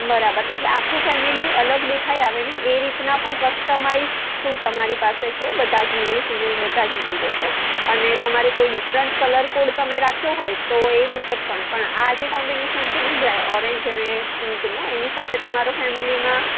બરાબર એટલે આખું ફેમિલી અલગ દેખાઈ આવે ને એ રીતના કસ્ટમાઇઝ સૂટ અમારી પાસે છે બધાં જ મેલ ફિમેલ બધા જ મળી જશે અને તમારે કોઈ ડિફેરન્ટ કલર કોડ તમે રાખ્યો હોય તો એ મુજબ પણ આ જે કોમ્બિનેશન છે બ્લે ઓરેંજ અને પિન્કનું એની સાથે તમારો ફેમિલીમાં